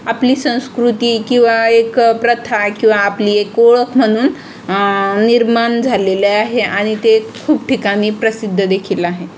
आपली संस्कृती किंवा एक प्रथा किंवा आपली एक ओळख म्हणून निर्माण झालेल्या आहे आणि ते खूप ठिकाणी प्रसिद्ध देखील आहे